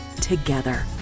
together